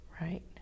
Right